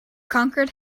conquered